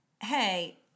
hey